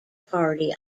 party